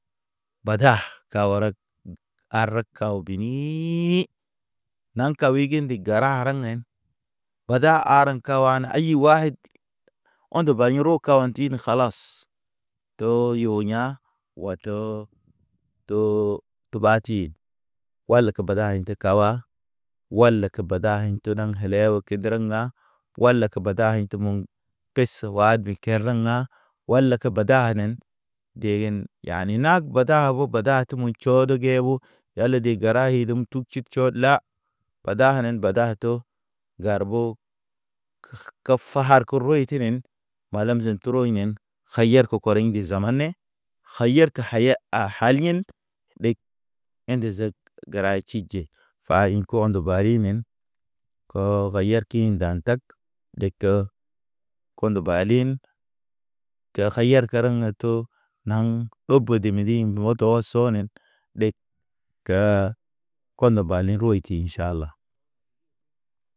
Badaha kawreg ar kaw binii i- i- i, naŋ kaw wigi ge ndi gəra haraŋ hen. Bada aren kawa ne ayi wayd, ondo baɲi ro kawan tin kalas. To yo ya̰ wa to, too tobati wal ke bada aɲe te kawa wal ke bada aɲ to naŋ hɛlɛ o kedereŋ ha. Wal lə kə bada aɲ tə mu, pes wadu kereŋ ha̰ wal la ke badanen te hin yani nag bada abo bada atu mutʃu tʃod gehu. Yale de gəra hilim tu tʃib- tʃod la, bada hanen bada a to gar bo. Kafa har ke roy tinen, mala zen tro yen kayerko korḭŋge zamane. Kayerke ke kaye a haliyen ɗeg ḛnde zeg gəra tʃitʃe. Ɓa ḭ kondo barinen o kayarki nda̰ ndag, deko kondo balin. Kiya kayar karaŋ a to, naŋ ɗo bode medi oto sɔnen ɗeg kaa. Kondo balin ro tin ʃala.